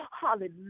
Hallelujah